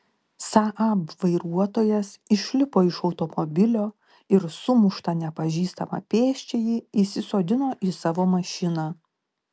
saab vairuotojas išlipo iš automobilio ir sumuštą nepažįstamą pėsčiąjį įsisodino į savo mašiną